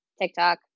TikTok